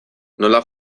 nola